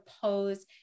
pose